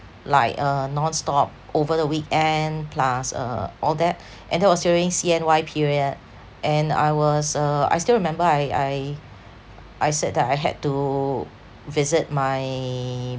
like uh nonstop over the weekend plus uh all that and that was during C_N_Y period and I was uh I still remember I I I said that I had to visit my